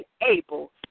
able